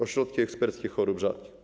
Ośrodki eksperckie chorób rzadkich.